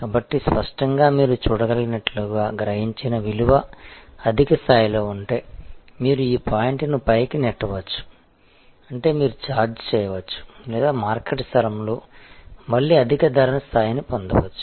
కాబట్టి స్పష్టంగా మీరు చూడగలిగినట్లుగా గ్రహించిన విలువ అధిక స్థాయిలో ఉంటే మీరు ఈ పాయింట్ని పైకి నెట్టవచ్చు అంటే మీరు ఛార్జ్ చేయవచ్చు లేదా మార్కెట్ స్థలంలో మళ్లీ అధిక ధర స్థాయిని పొందవచ్చు